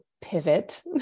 pivot